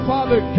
Father